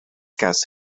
guess